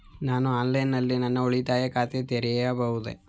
ನಾನು ಆನ್ಲೈನ್ ನಲ್ಲಿ ನನ್ನ ಉಳಿತಾಯ ಖಾತೆ ತೆರೆಯಬಹುದೇ?